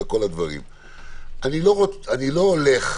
אני לא הולך